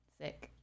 Sick